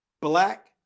black